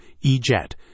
E-Jet